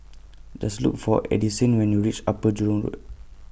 Does Look For Addisyn when YOU REACH Upper Jurong Road